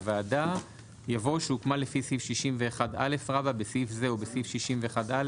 הוועדה)" יבוא "שהוקמה לפי סעיף 61א (בסעיף זה ובסעיף 61א,